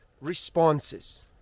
responses